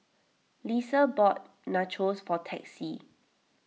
Lissa bought Nachos for Texie